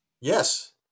Yes